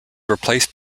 replaced